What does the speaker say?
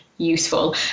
Useful